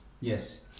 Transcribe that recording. Yes